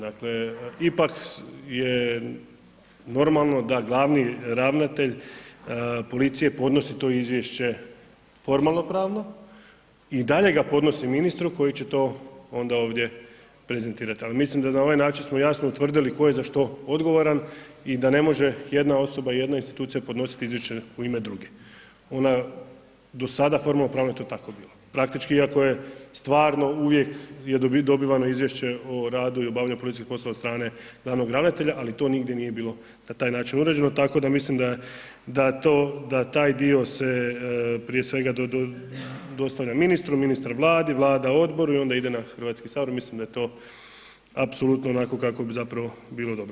Dakle, ipak je normalno da glavni ravnatelj policije podnosi to izvješće formalnopravno i dalje ga podnosi ministru koji će to onda ovdje prezentirat, al mislim da na ovaj način smo jasno utvrdili tko je za što odgovoran i da ne može jedna osoba, jedna institucija podnositi izvješće u ime druge, ona, do sada formalnopravno je to tako bilo, praktički iako je stvarno uvijek je dobivano izvješće o radu i obavljanju policijskih poslova od strane glavnog ravnatelja, ali to nigdje nije bilo na taj način uređeno, tako da mislim da taj dio se prije svega dostavlja ministru, ministar Vladi, Vlada odboru i onda ide na HS, mislim da je to apsolutno onako kako bi zapravo bilo dobro.